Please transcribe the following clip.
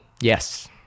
Yes